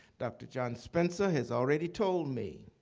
dr. john spencer has already told me